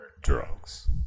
drugs